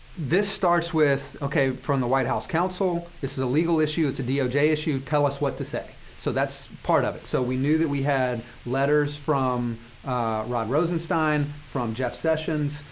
this starts with, ok, from the white house counsel, this is a legal issue. it's a doj issue. tell us what to say. so that's part of it. so we knew that we had letters from rod rosenstein, from jeff sessions,